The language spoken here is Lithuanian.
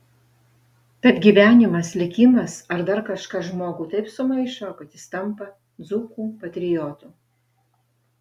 tad gyvenimas likimas ar dar kažkas žmogų taip sumaišo kad jis tampa dzūkų patriotu